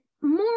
more